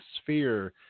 sphere